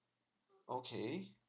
okay